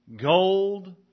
gold